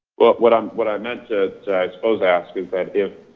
well, what i'm, what i meant to i suppose ask that if,